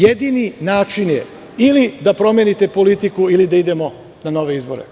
Jedini način je ili da promenite politiku ili da idemo na nove izbore.